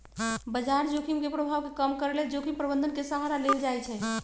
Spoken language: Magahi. बजार जोखिम के प्रभाव के कम करेके लेल जोखिम प्रबंधन के सहारा लेल जाइ छइ